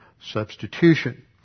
substitution